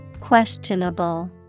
Questionable